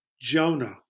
Jonah